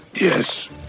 Yes